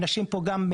לא